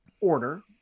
order